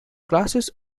classes